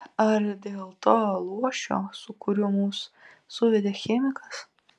ar dėl to luošio su kuriuo mus suvedė chemikas